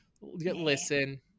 Listen